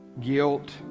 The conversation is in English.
guilt